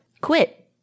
quit